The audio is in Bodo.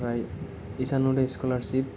आमफ्राय इसान उदय स्कलारशिप